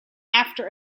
after